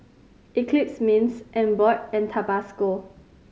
Eclipse Mints Emborg and Tabasco